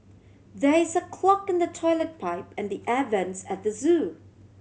there is a clog in the toilet pipe and the air vents at the zoo